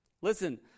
Listen